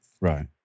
Right